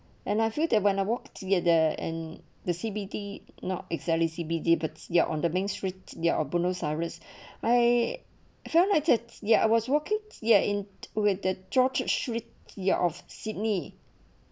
and I feel that when I walk together and the C_B_D not exactly C_B_D there on the mainstream their opponents are risk I felt like ya was working ya in with the george trickier of sydney